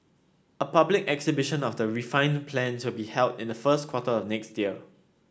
a public exhibition of the refined plans will be held in the first quarter of next year